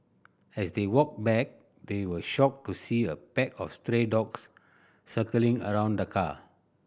as they walked back they were shocked to see a pack of stray dogs circling around the car